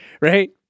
Right